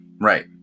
Right